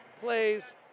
plays